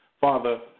Father